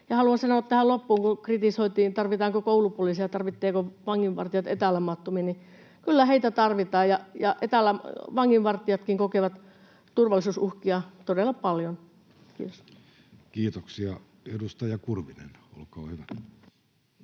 Haluan sanoa tähän loppuun, kun kritisoitiin, tarvitaanko koulupoliiseja, tarvitsevatko vanginvartijat etälamauttimia, niin kyllä heitä tarvitaan ja vanginvartijatkin kokevat turvallisuusuhkia todella paljon. — Kiitos. [Speech 239] Speaker: